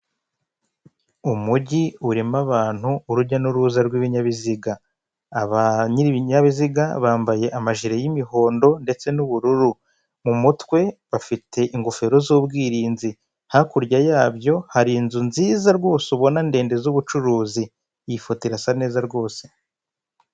Umujyi urimo abantu, urujya n'uruza rw'ibinyabiziga, ba nyir'ibinyabiziga bambaye amajiri y'imihondo ndetse n'ubururu, mu mutwe bafite ingofero z'ubwirinzi, hakurya yabyo hari inzu nziza rwose ubona ndende z'ubucuruzi, iyi foto irasa neza rwose.